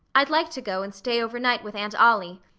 i'd like to go and stay over night with aunt ollie.